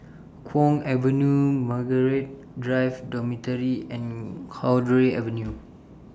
Kwong Avenue Margaret Drive Dormitory and Cowdray Avenue